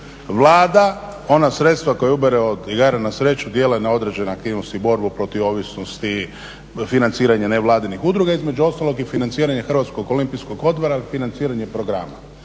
Vlada ona sredstva koja ubere od igara na sreću djeluje na određene aktivnosti, borbi protiv ovisnosti, financiranje nevladinih udruga, između ostalog i financiranje Hrvatskog olimpijskog odbora, financiranje programa